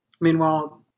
Meanwhile